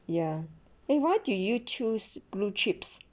ya eh why do you choose blue chips